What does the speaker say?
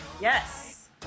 Yes